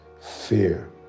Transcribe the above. fear